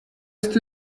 ist